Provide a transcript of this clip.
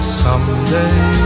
someday